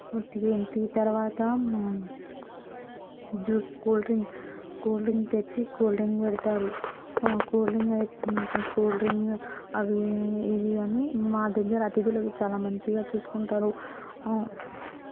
ఉత్తిగే tea తర్వాత juice cool drink cool drink తెచ్చి cool drink పెడతారు కూల్ డ్రింగ్ అయితే కూల్ డ్రింక్ అవి ఇవి అని మా దగ్గర అతిథులను చాలా మంచిగా చూసుకుంటారు